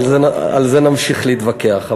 על זה נמשיך להתווכח.